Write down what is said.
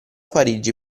parigi